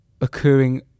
occurring